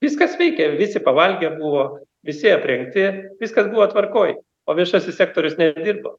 viskas veikia visi pavalgę buvo visi aprengti viskas buvo tvarkoj o viešasis sektorius nedirbo